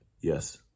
Yes